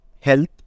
health